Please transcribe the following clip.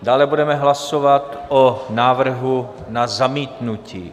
Dále budeme hlasovat o návrhu na zamítnutí.